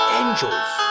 angels